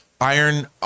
Iron